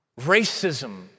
Racism